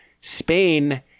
Spain